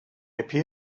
appear